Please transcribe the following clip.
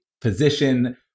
position